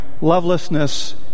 lovelessness